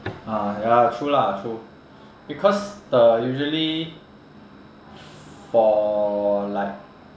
ah ya lah true lah true because the usually for like